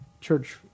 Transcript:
church